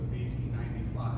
1895